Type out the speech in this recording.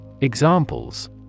examples